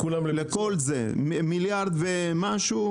מיליארד ומשהו?